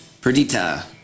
Perdita